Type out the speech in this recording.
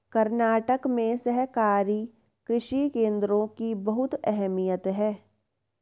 कर्नाटक में सहकारी कृषि केंद्रों की बहुत अहमियत है